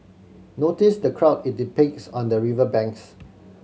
notice the crowd it depicts on the river banks